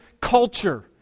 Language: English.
culture